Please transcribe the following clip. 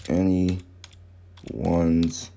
anyone's